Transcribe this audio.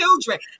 children